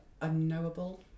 unknowable